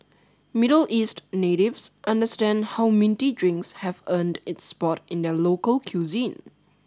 Middle East natives understand how minty drinks have earned its spot in their local cuisine